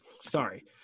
Sorry